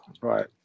Right